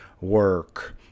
work